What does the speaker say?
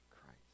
Christ